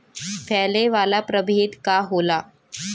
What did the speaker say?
फैले वाला प्रभेद का होला?